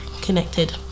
connected